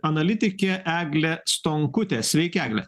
analitikė eglė stonkutė sveiki egle